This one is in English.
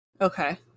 okay